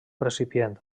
recipient